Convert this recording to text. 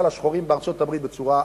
לשחורים בארצות-הברית בצורה איומה,